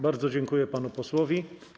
Bardzo dziękuję panu posłowi.